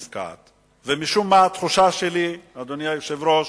משום מה, התחושה שלי, אדוני היושב-ראש,